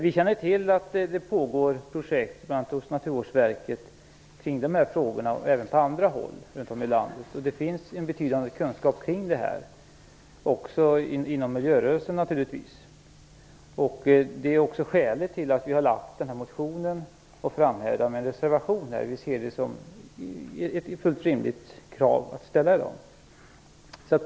Vi känner till att det pågår projekt inom bl.a. Naturvårdsverket om dessa frågor. Det finns en betydande kunskap i detta sammanhang, också inom miljörörelsen. Det är skälet till att vi har väckt vår motion och framhärdar med en reservation. Vi finner att det i dag är fullt rimligt att ställa detta krav.